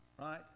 Right